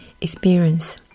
experience